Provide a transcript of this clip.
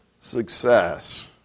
Success